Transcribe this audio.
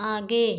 आगे